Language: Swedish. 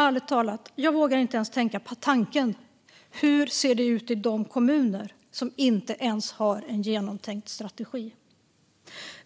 Ärligt talat vågar jag inte ens tänka tanken: Hur ser det ut i de kommuner som inte ens har en genomtänkt strategi?